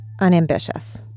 unambitious